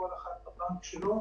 לא נדרש להירשם בלשכת